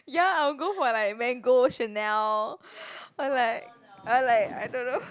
ya I'll go for like Mango Chanel or like or like I don't know